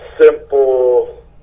simple